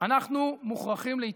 אנחנו מוכרחים להתאחד,